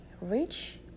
rich